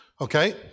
Okay